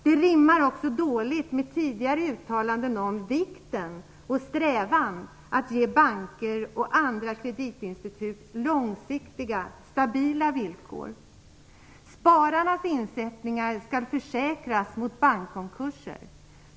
Det rimmar också illa med tidigare uttalanden om vikten av och strävandena att ge banker och andra kreditinstitut långsiktiga och stabila villkor. Spararnas insättning skall försäkras mot bankkonkurser.